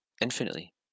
infinitely